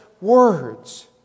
words